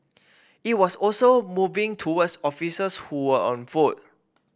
it was also moving towards officers who were on foot